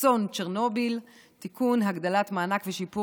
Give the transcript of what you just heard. אסון צ'רנוביל (תיקון מס' 2) (הגדלת המענק השנתי),